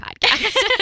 podcast